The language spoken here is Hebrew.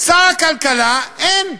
שר הכלכלה, אין,